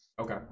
okay